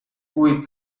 cui